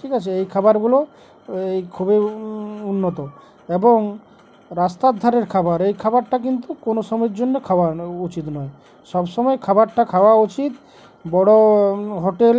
ঠিক আছে এই খাবারগুলো এই খুবই উন্নত এবং রাস্তার ধারের খাবার এই খাবারটা কিন্তু কোনো সময়ের জন্য খাওয়া উচিত নয় সব সমময় খাবারটা খাওয়া উচিত বড়ো হোটেল